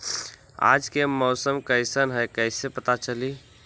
आज के मौसम कईसन हैं कईसे पता चली?